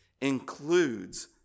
includes